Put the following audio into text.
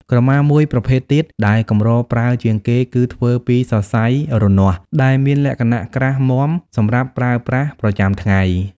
ក្រមាមួយប្រភេទទៀតដែលកម្រប្រើជាងគេគឺធ្វើពី សរសៃរនាស់ ដែលមានលក្ខណៈក្រាស់មាំសម្រាប់ប្រើប្រាស់ប្រចាំថ្ងៃ។